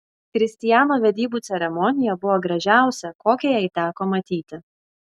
kristijano vedybų ceremonija buvo gražiausia kokią jai teko matyti